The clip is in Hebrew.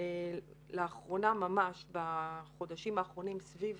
ולאחרונה ממש, בחודשים האחרונים, סביב